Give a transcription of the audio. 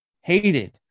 hated